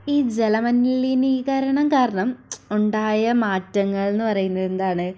ഈ ജല മലിനീകരണം കാരണം ഉണ്ടായ മാറ്റങ്ങൾന്ന് പറയുന്നത് എന്താണ്